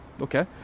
okay